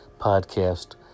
podcast